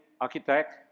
architect